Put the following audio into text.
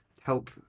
help